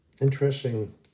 Interesting